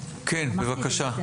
כן, בבקשה.